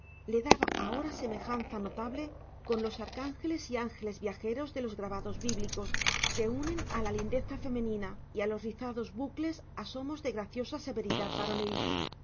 le daba ahora semejanza notable con los arcángeles y ángeles viajeros de los grabados bíblicos que unen a la lindeza femenina y a los rizados bucles asomos de graciosa severidad varonil